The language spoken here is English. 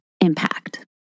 impact